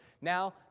Now